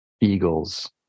eagles